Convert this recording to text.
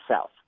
South